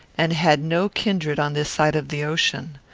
and had no kindred on this side of the ocean.